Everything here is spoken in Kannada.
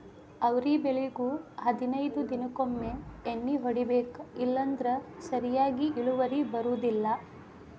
ಅವ್ರಿ ಬಳ್ಳಿಗು ಹದನೈದ ದಿನಕೊಮ್ಮೆ ಎಣ್ಣಿ ಹೊಡಿಬೇಕ ಇಲ್ಲಂದ್ರ ಸರಿಯಾಗಿ ಇಳುವರಿ ಬರುದಿಲ್ಲಾ